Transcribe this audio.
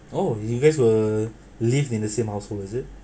oh y~ you guys were lived in the same household is it